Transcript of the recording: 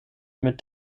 mit